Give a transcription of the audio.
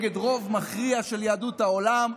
נגד רוב מכריע של יהדות העולם.